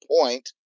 point